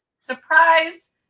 surprise